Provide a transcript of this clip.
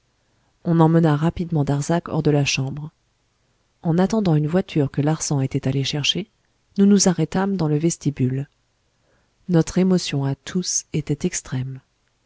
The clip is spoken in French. on emmena rapidement darzac hors de la chambre en attendant une voiture que larsan était allé chercher nous nous arrêtâmes dans le vestibule notre émotion à tous était extrême